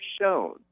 shown